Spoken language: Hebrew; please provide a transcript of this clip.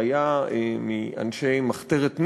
שהיה מאנשי מחתרת ניל"י,